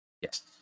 Yes